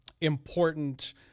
important